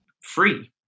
free